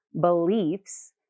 beliefs